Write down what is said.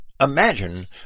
imagine